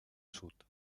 sud